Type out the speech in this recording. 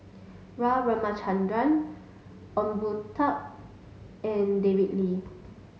R Ramachandran Ong Boon Tat and David Lee